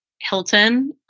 Hilton